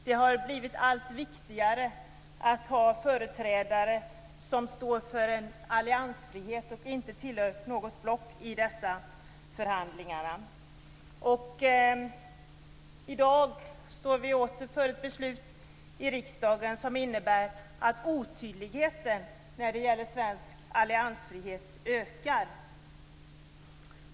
Det har blivit allt viktigare att ha företrädare som står för alliansfrihet och inte tillhör något block i dessa förhandlingar. I dag står vi i riksdagen åter inför ett beslut som innebär att otydligheten när det gäller svensk alliansfrihet ökar.